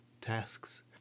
tasks